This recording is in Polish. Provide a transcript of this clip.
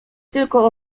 tylko